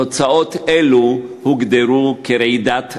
תוצאות אלו הוגדרו כרעידת אדמה,